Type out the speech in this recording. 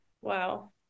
Wow